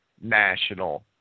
national